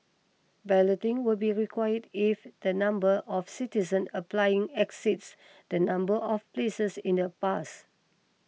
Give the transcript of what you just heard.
balloting will be required if the number of citizens applying exceeds the number of places in that